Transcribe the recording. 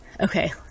Okay